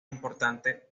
importante